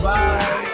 Bye